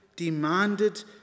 demanded